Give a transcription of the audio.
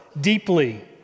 deeply